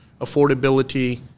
affordability